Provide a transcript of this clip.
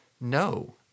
no